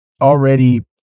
already